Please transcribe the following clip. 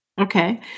Okay